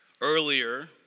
Earlier